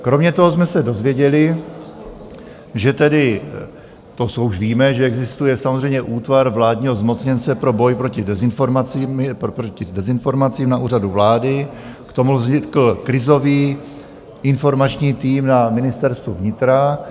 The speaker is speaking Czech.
Kromě toho jsme se dozvěděli, že tedy to, co už víme, že existuje samozřejmě útvar vládního zmocněnce pro boj proti dezinformacím, je proti dezinformacím na Úřadu vlády, k tomu vznikl Krizový informační tým na Ministerstvu vnitra.